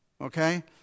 Okay